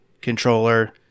controller